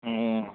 ହୁଁ